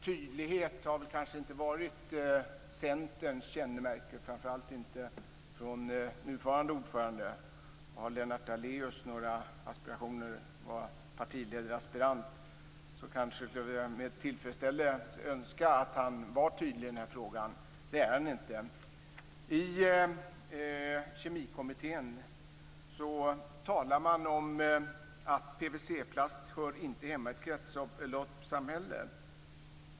Tydlighet har kanske inte varit Centerns kännemärke, framför allt inte dess nuvarande ordförandes. Har Lennart Daléus några aspirationer på att bli partiledaraspirant kanske han kunde tillfredsställa en önskan att vara tydlig i den här frågan. Det är han inte. I Kemikommittén talar man om att PVC-plast inte hör hemma i ett kretsloppssamhälle.